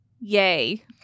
Yay